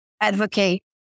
advocate